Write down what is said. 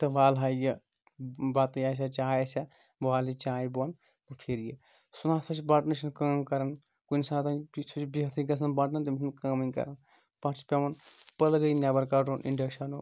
تہٕ والہٕ ہا یہِ بَتہٕ آسہِ ہا چاے آسہِ ہا بہٕ والہٕ یہِ چاے بۄن پھِر یہِ سُہ نَسا چھِ بَٹنٕے چھِنہٕ کٲم کَرَان کُنہِ ساتَن سُہ چھِ بِہتٕے گژھان بَٹَن تِم چھِنہٕ کٲمٕے کَرَان تَتھ چھِ پٮ۪وَان پٕلگٕے نٮ۪بَر کَڈُن اِنڈَکشَنُک